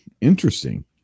interesting